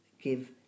give